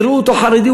יראו אותו חרדי,